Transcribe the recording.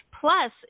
Plus